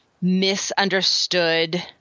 misunderstood